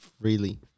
freely